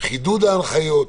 חידוד ההנחיות,